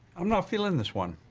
i'm not feeling this one.